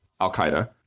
al-Qaeda